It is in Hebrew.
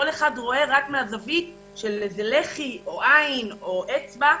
כל אחד רואה רק רואה מזווית של איזו לחי או עין או אצבע,